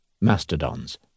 mastodons